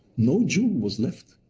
no jew was left,